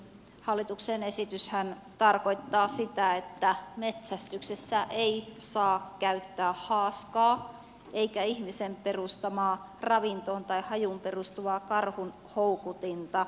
hallituksen esityshän tarkoittaa sitä että metsästyksessä ei saa käyttää haaskaa eikä ihmisen perustamaa ravintoon tai hajuun perustuvaa karhun houkutinta